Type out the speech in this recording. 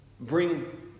Bring